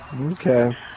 Okay